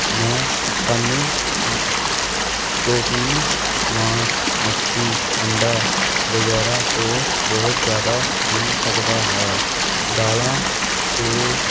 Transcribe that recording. ਮੈਂ ਸਾਨੂੰ ਹੁ ਪ੍ਰੋਟੀਨ ਮਾਸ ਮੱਛੀ ਅੰਡਾ ਵਗੈਰਾ ਤੋਂ ਬਹੁਤ ਜ਼ਿਆਦਾ ਮਿਲ ਸਕਦਾ ਹੈ ਦਾਲਾਂ ਅਤੇ